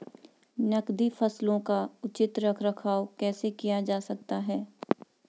नकदी फसलों का उचित रख रखाव कैसे किया जा सकता है?